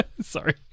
Sorry